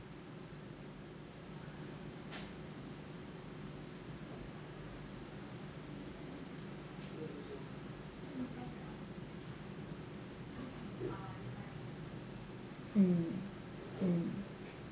mm mm